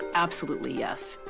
absolutely, yes.